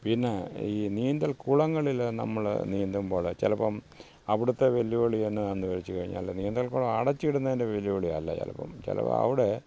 പിന്നെ ഈ നീന്തൽ കുളങ്ങളിൽ നമ്മൾ നീന്തുമ്പോൾ ചിലപ്പം അവിടുത്തെ വെല്ലുവിളി എന്താണെന്ന് ചോദിച്ചുകഴിഞ്ഞാൽ നീന്തൽകുളം അടച്ചിടുന്നതിൻ്റെ വെല്ലുവിളിയല്ല ഞാൻ ഇപ്പം ചിലപ്പം അവിടെ